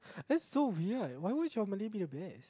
this so weird why was your Malay being bad